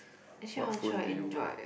what phone do you want